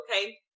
okay